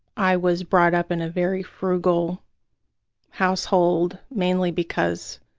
i was brought up in a very frugal household, mainly because